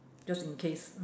just in case